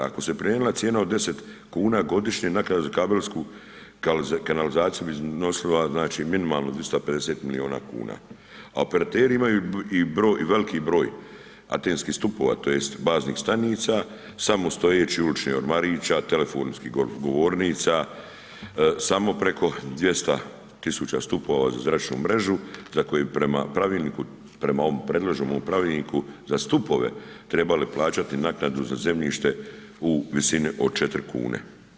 Ako se primijenila cijena od 10kn godišnje naknada za kabelsku kanalizaciju bi iznosila znači minimalno 250 milijuna kuna a operateri imaju i veliki broj atenskih stupova, tj. baznih stanica, samostojećih uličnih ormarića, telefonskih govornica, samo preko 200 tisuća stupova za zračnu mrežu za koju prema pravilniku, prema ovom predloženom pravilniku za stupove trebali plaćati naknadu za zemljište u visini od 4 kune.